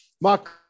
Mark